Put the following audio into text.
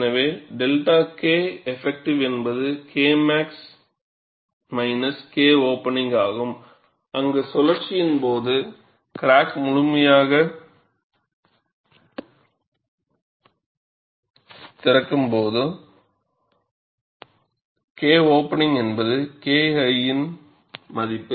எனவே 𝜹 K effective என்பது Kmax K opening ஆகும் அங்கு சுழற்சியின் போது கிராக் முழுமையாகத் திறக்கும்போது K op என்பது KI யின் மதிப்பு